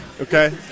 okay